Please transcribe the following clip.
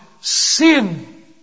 sin